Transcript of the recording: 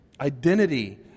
identity